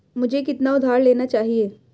मुझे कितना उधार लेना चाहिए?